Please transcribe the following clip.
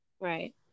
Right